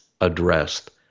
addressed